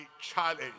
challenge